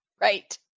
Right